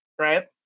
right